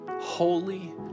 holy